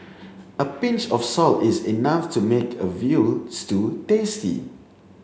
a pinch of salt is enough to make a veal stew tasty